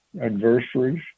adversaries